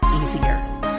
easier